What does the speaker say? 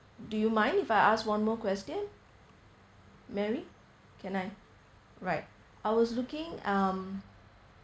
do you mind if I ask one more question mary can I right I was looking um